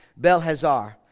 Belhazar